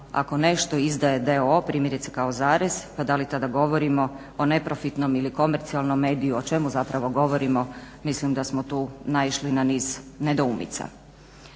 ako nešto izdaje d.o.o., primjerice kao zarez pa da li tada govorimo o neprofitnom ili komercijalnom mediju, o čemu zapravo govorimo. Mislim da smo tu naišli na niz nedoumica.